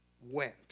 went